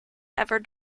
ever